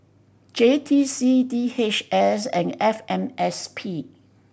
J T C D H S and F M S P